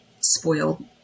spoiled